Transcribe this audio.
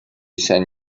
than